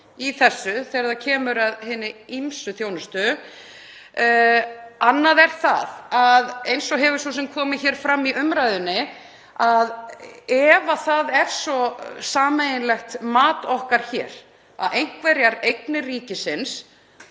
í þessu þegar kemur að hinni ýmsu þjónustu. Annað er það, eins og hefur svo sem komið fram í umræðunni, að ef það er svo sameiginlegt mat okkar hér að einhverjar eignir ríkisins